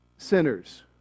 Sinners